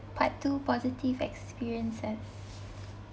part two positive experiences